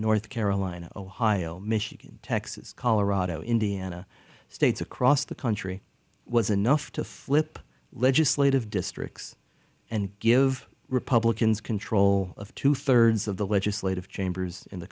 north carolina ohio michigan texas colorado indiana states across the country was enough to flip legislative districts and give republicans control of two thirds of the legislative chambers in the